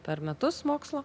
per metus mokslo